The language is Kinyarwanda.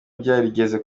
byarigeze